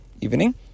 evening